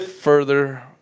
further